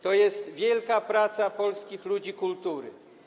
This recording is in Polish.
To jest wielka praca polskich ludzi kultury.